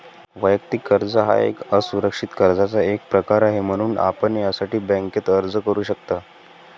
वैयक्तिक कर्ज हा एक असुरक्षित कर्जाचा एक प्रकार आहे, म्हणून आपण यासाठी बँकेत अर्ज करू शकता